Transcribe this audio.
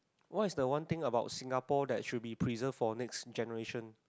what is the one thing about Singapore that should be preserve for next generation